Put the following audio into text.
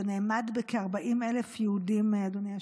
זה נאמד בכ-40,000 יהודים, אדוני היושב-ראש.